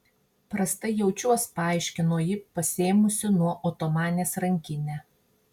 prastai jaučiuos paaiškino ji pasiėmusi nuo otomanės rankinę